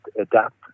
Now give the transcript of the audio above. adapt